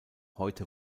heute